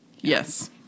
Yes